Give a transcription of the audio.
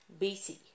BC